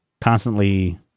constantly